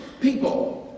people